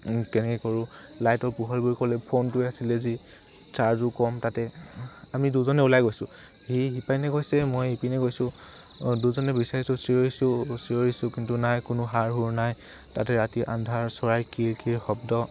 কেনেকৈ কৰোঁ লাইটৰ পোহৰ বুলি ক'বলৈ ফোনটোৱে আছিলে যি চাৰ্জো কম তাতে আমি দুজনে ওলাই গৈছোঁ সেই সিপিনে গৈছে মই ইপিনে গৈছোঁ দুইজনে বিচাৰিছোঁ চিঞৰিছোঁ চিঞৰিছোঁ কিন্তু নাই কোনো সাৰ সুৰ নাই তাতে ৰাতি আন্ধাৰ চৰাই কীৰ কীৰ শব্দ